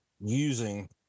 using